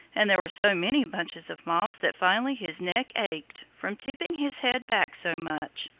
and there were so many bunches of moss that finally his neck ached from tipping his head back so much.